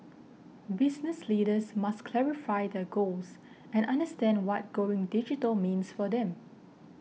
business leaders must clarify their goals and understand what going digital means for them